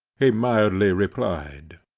he mildly replied.